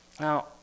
Now